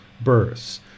births